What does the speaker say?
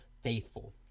faithful